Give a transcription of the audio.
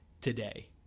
today